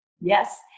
Yes